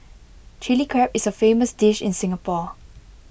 Chilli Crab is A famous dish in Singapore